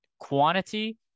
quantity